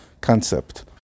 concept